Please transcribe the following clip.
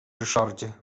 ryszardzie